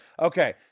Okay